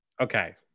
Okay